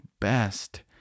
best